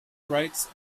rights